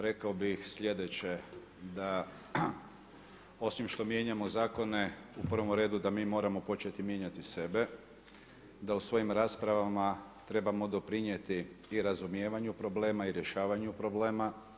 Rekao bih sljedeće da osim što mijenjamo zakone u prvom redu da mi moramo početi mijenjati sebe, da u svojim raspravama trebamo doprinijeti i razumijevanju problema i rješavanju problema.